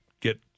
get